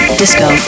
disco